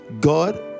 God